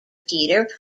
peter